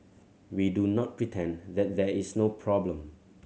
we do not pretend that there is no problem